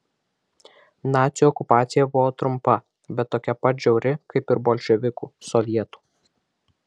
nacių okupacija buvo trumpa bet tokia pat žiauri kaip ir bolševikų sovietų